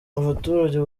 abaturage